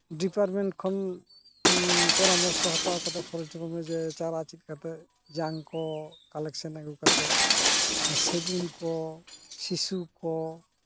department ᱠᱷᱚᱱ ᱯᱚᱨᱟᱢᱚᱨᱥᱚ ᱦᱟᱛᱟᱣ ᱠᱟᱛᱮᱫ ᱯᱷᱚᱨᱮᱥᱴ ᱰᱤᱯᱟᱨᱢᱮᱱᱴ ᱡᱮ ᱪᱟᱨᱟ ᱪᱮᱫ ᱞᱮᱠᱟ ᱠᱟᱛᱮᱫ ᱡᱟᱝ ᱠᱚ ᱠᱟᱞᱮᱠᱥᱮᱱ ᱟᱹᱜᱩ ᱠᱟᱛᱮᱫ ᱥᱮᱜᱩᱱ ᱠᱚ ᱥᱤᱥᱩ ᱠᱚ